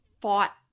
fought